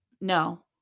No